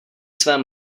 své